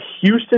Houston